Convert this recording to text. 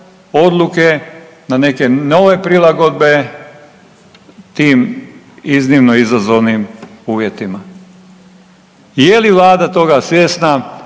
odluke, na neke nove prilagodbe tim iznimno izazovnim uvjetima. Je li vlada toga svjesna?